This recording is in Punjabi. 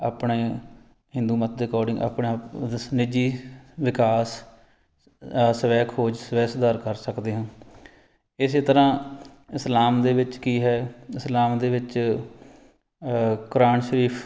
ਆਪਣੇ ਹਿੰਦੂ ਮਤ ਦੇ ਅਕੋਡਿੰਗ ਆਪਣਾ ਸ਼ ਨਿੱਜੀ ਵਿਕਾਸ ਸਵੈ ਖੋਜ ਸਵੈ ਸੁਧਾਰ ਕਰ ਸਕਦੇ ਹਾਂ ਇਸ ਤਰ੍ਹਾਂ ਇਸਲਾਮ ਦੇ ਵਿੱਚ ਕੀ ਹੈ ਇਸਲਾਮ ਦੇ ਵਿੱਚ ਕੁਰਾਨ ਸ਼ਰੀਫ